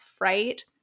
right